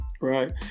Right